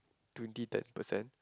twenty ten percent